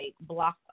block